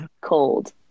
cold